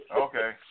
Okay